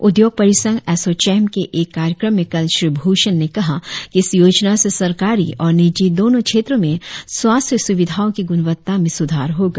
उद्योग परिंसंघ एसोचैम के एक कार्यक्रम में कल श्री भूषण ने कहा कि इस योजना से सरकारी और निजी दोनों क्षेत्रों में स्वास्थ्य सुविधाओं की गुणवत्ता में सुधार होगा